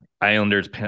islanders